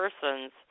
persons